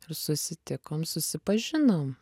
ir susitikom susipažinom